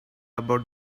about